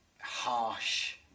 harsh